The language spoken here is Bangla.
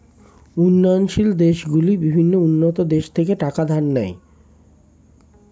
উন্নয়নশীল দেশগুলি বিভিন্ন উন্নত দেশ থেকে টাকা ধার নেয়